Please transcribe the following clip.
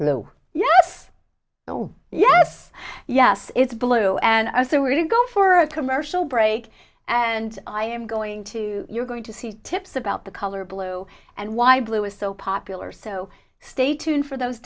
oh yes oh yes yes it's below and i say we're to go for a commercial break and i am going to you're going to see tips about the color blue and why blue is so popular so stay tuned for those